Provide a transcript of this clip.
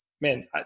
man